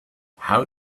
how